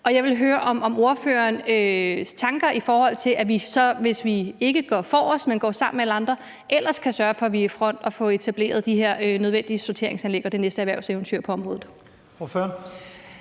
Jeg vil høre om ordførerens tanker, i forhold til hvordan vi, hvis vi ikke går forrest, men går sammen med alle andre, ellers kan sørge for, at vi er i front og får etableret de her nødvendige sorteringsanlæg og det næste erhvervseventyr på området. Kl.